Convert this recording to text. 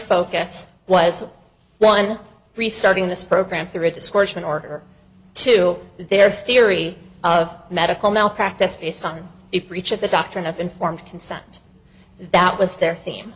focus was on restarting this program through discussion in order to their theory of medical malpractise based on a breach of the doctrine of informed consent that was their theme